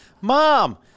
Mom